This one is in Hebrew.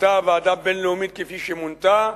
אותה ועדה בין-לאומית, כפי שמונתה,